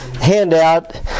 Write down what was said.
handout